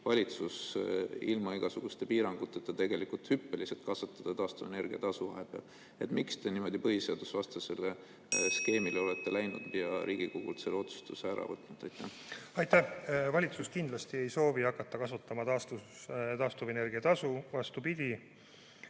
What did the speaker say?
vahepeal ilma igasuguste piiranguteta hüppeliselt taastuvenergia tasu suurendada. Miks te niimoodi põhiseadusvastasele skeemile üle olete läinud ja Riigikogult selle otsustuse ära võtnud? Aitäh! Valitsus kindlasti ei soovi hakata kasvatama taastuvenergia tasu. Vastupidi,